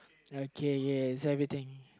okay ya so everything